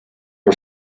her